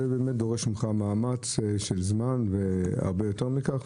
זה דורש ממך מאמץ של זמן והרבה יותר מכך.